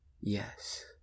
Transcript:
yes